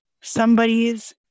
somebody's